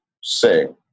sing